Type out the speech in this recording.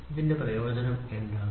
അതിന്റെ പ്രയോജനം എന്താണ്